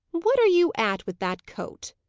what are you at with that coat?